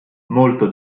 molto